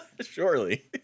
Surely